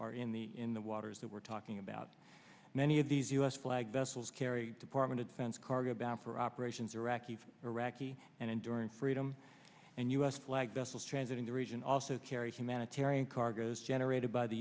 are in the in the waters that we're talking about many of these u s flagged vessels carry department of defense cargo bound for operations iraqi iraqi and enduring freedom and u s flag vessels transiting the region also carry humanitarian cargoes generated by the